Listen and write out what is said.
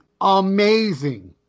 amazing